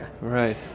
right